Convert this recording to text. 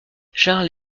charles